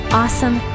awesome